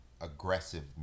aggressive